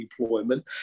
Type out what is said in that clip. deployment